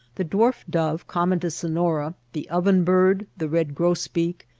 the dwarf dove common to sonora, the oven-bird, the red grosbeak,